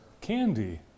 candy